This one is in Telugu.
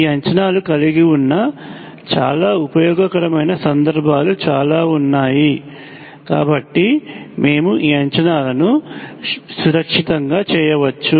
ఈ అంచనాలు కలిగి ఉన్న చాలా ఉపయోగకరమైన సందర్భాలు చాలా ఉన్నాయి కాబట్టి మేము ఈ అంచనాలు సురక్షితంగా చేయవచ్చు